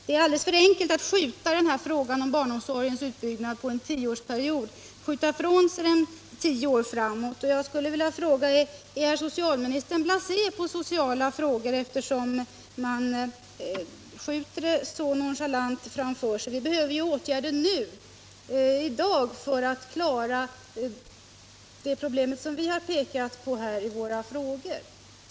Det är alldeles för enkelt att skjuta ifrån sig frågan om barnomsorgens utbyggnad tio år framåt. Jag skulle därför vilja fråga: Är socialministern blasé på sociala frågor, eftersom man skjuter dem så nonchalant framför sig? Det behövs ju åtgärder i dag för att klara de problem som fru Bernström och jag har pekat på i våra frågor.